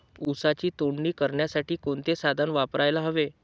ऊसाची तोडणी करण्यासाठी कोणते साधन वापरायला हवे?